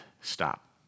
stop